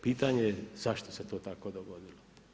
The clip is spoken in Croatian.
Pitanje zašto se to tako dogodilo?